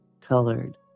colored